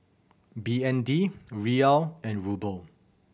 B N D Riyal and Ruble